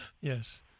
Yes